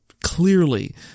clearly